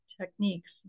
techniques